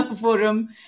forum